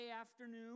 afternoon